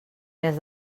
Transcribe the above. més